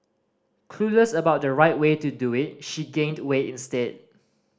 clueless about the right way to do it she gained weight instead